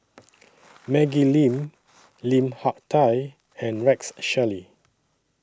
Maggie Lim Lim Hak Tai and Rex Shelley